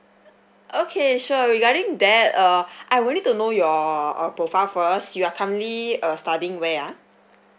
okay sure regarding that uh I will need to know your uh profile first you are currently uh studying where ah